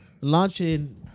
launching